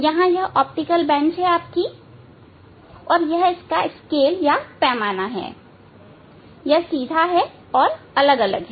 यहां यह optical bench है यह इसका पैमाना है और यह सीधा है और अलग अलग है